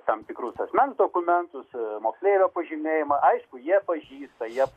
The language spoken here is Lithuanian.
tam tikrus asmens dokumentus moksleivio pažymėjimą aišku jie pažįsta jie